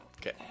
Okay